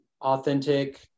authentic